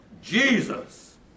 Jesus